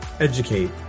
educate